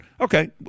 Okay